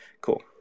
Cool